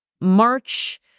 March